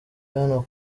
hano